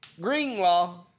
Greenlaw